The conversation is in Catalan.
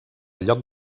lloc